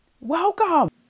Welcome